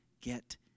get